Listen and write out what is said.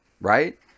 right